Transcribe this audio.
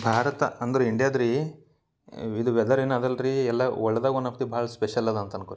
ಭಾರತ ಅಂದ್ರೆ ಇಂಡಿಯಾದ ರೀ ಇದು ವೆದರ್ ಏನು ಅದಲ್ಲ ರೀ ಎಲ್ಲ ವರ್ಲ್ಡ್ದಾಗ ಒನ್ ಆಫ್ ದಿ ಭಾಳ ಸ್ಪೆಷಲ್ ಅದ ಅಂತ ಅಂದ್ಕೊ ರೀ